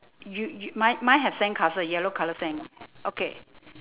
you you mine mine have sandcastle yellow colour sand okay